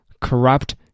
corrupt